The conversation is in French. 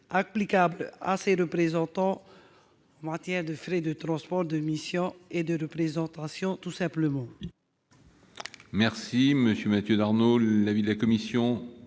applicables à ses représentants en matière de frais de transport, de mission et de représentation. Quel est